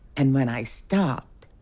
and when i stopped,